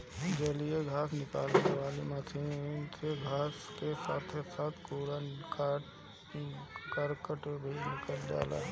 जलीय घास निकाले वाला मशीन से घास के साथे साथे कूड़ा करकट भी निकल जाला